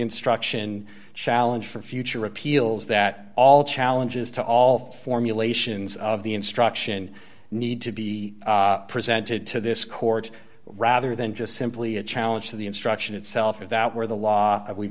instruction challenge for future appeals that all challenges to all formulations of the instruction need to be presented to this court rather than just simply a challenge to the instruction itself if that were the law we've